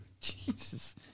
Jesus